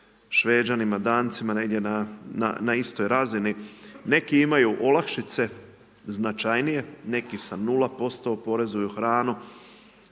Šveđanima, Dancima negdje na istoj razini. Neki imaju olakšice značajnije, neki sa 0% oporezuju hranu.